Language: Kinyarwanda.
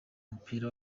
mupira